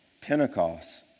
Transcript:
Pentecost